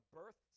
birth